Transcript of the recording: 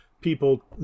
people